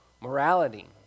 morality